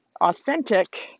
authentic